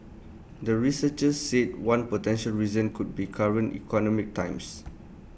the researchers said one potential reason could be current economic times